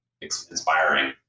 inspiring